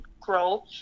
grow